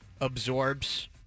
absorbs